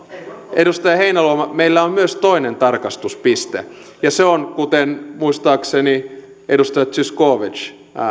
edustaja heinäluoma meillä on myös toinen tarkastuspiste ja se on kuten muistaakseni edustaja zyskowicz